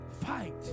Fight